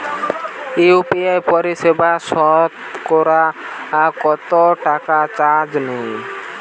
UPI পরিসেবায় সতকরা কতটাকা চার্জ নেয়?